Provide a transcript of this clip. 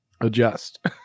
adjust